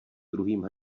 druhým